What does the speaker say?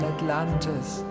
Atlantis